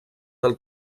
del